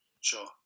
Sure